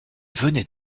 venait